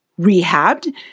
rehabbed